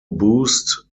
boost